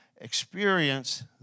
experience